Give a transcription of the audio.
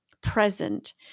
present